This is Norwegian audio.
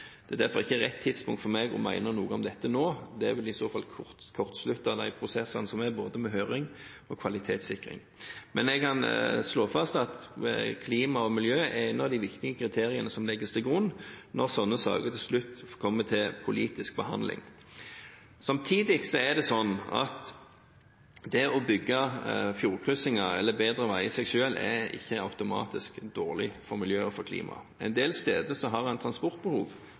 Det er derfor ikke rett tidspunkt for meg å mene noe om dette nå – det vil i så fall kortslutte prosessene med både høring og kvalitetssikring. Men jeg kan slå fast at klima og miljø er et av de viktige kriteriene som legges til grunn når slike saker til slutt kommer til politisk behandling. Samtidig er det å bygge fjordkryssinger eller bedre veier i seg selv ikke automatisk dårlig for miljøet og for klimaet. En del steder har en transportbehov